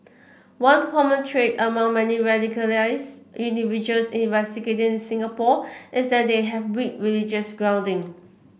one common trait among many radicalised individuals investigated in Singapore is that they have weak religious grounding